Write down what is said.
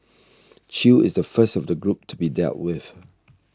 chew is the first of the group to be dealt with